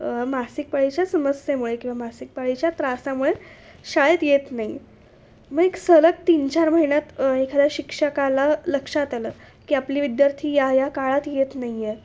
मासिक पाळीच्या समस्येमुळे किंवा मासिक पाळीच्या त्रासामुळे शाळेत येत नाही मग एक सलग तीन चार महिन्यात एखाद्या शिक्षकाला लक्षात आलं की आपली विद्यार्थी या या काळात येत नाही आहे